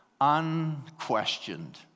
Unquestioned